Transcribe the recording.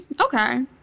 Okay